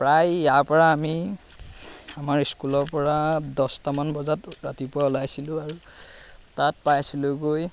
প্ৰায় ইয়াৰ পৰা আমি আমাৰ স্কুলৰ পৰা দহটামান বজাত ৰাতিপুৱা ওলাইছিলোঁ আৰু তাত পাইছিলোঁ গৈ